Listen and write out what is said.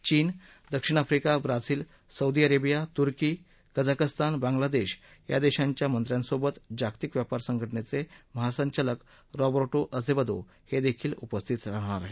चीन दक्षिण Africa Brazil Saudi Arabia तुर्की कझाकस्तान बांग्लादेश या देशांच्या मंत्र्यांसोबत जागतिक व्यापार संघटनेचे महासंचालक रॉबटो अझेवदो हे देखील उपस्थित राहणार आहेत